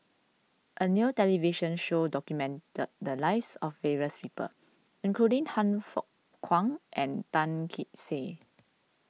a new television show documented the lives of various people including Han Fook Kwang and Tan Kee Sek